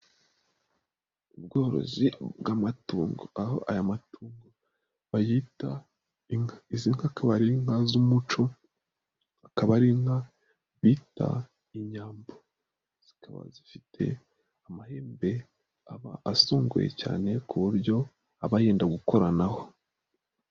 Ubworozi bw'amatungo, aho aya matungo bayita inka. Izi nka akaba ari inka z'umuco, akaba ari inka bita inyambo. Zikaba zifite amahembe aba asongoye cyane ku buryo aba yenda gukoranaho.